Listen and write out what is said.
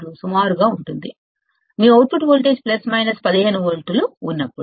సుమారుగా ఉంటుంది ఇది మీ అవుట్పుట్ వోల్టేజ్ ప్లస్ మైనస్ 15 వోల్ట్లు ఉన్నప్పుడుది